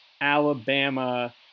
Alabama